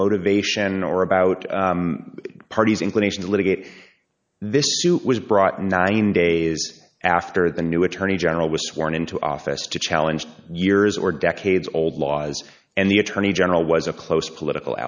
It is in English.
motivation or about parties inclination to litigate this suit was brought nine days after the new attorney general was sworn into office to challenge years or decades old laws and the attorney general was a close political